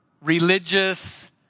religious